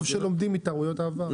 טוב שלומדים מטעויות עבר.